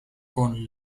con